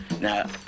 Now